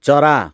चरा